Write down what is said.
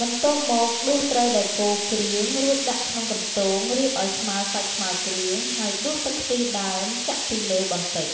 បន្ទាប់មកដួសត្រីដែលកូរគ្រឿង រួចដាក់ក្នុងកន្ទោងរៀបឲ្យស្មើសាច់ស្មើគ្រឿង ហើយដួសទឹកខ្ទិះដើមចាក់ពីលើបន្តិច។